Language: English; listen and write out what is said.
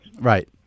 Right